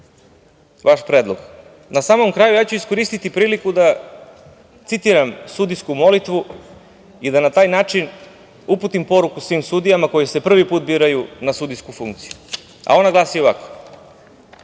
vaš predlog. Na samom kraju iskoristiću priliku da citiram sudijsku molitvu i da na taj način uputim poruku svim sudijama koji se prvi put biraju na sudijsku funkciju, a ona glasi ovako: